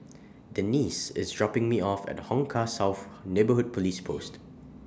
Denisse IS dropping Me off At Hong Kah South Neighbourhood Police Post